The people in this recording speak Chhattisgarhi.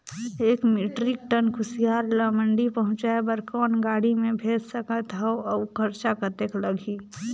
एक मीट्रिक टन कुसियार ल मंडी पहुंचाय बर कौन गाड़ी मे भेज सकत हव अउ खरचा कतेक लगही?